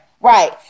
Right